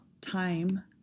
time